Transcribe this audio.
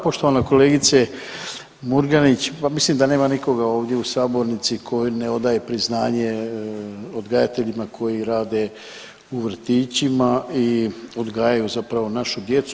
Poštovana kolegice Murganić, pa mislim da nema nikoga ovdje u sabornici koji ne odaje priznanje odgajateljima koji rade u vrtićima i odgajaju zapravo našu djecu.